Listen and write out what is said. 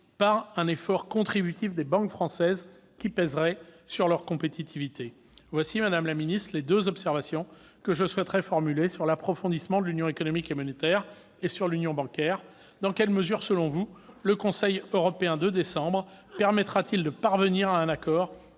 par un effort contributif des banques françaises qui pèserait sur leur compétitivité. Voici, madame la ministre, les deux observations que je souhaitais formuler sur l'approfondissement de l'Union économique et monétaire et sur l'union bancaire. Dans quelle mesure, selon vous, le Conseil européen de décembre permettra-t-il de parvenir à un accord